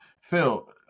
Phil